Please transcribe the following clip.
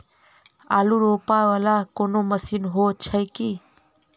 आलु रोपा वला कोनो मशीन हो छैय की?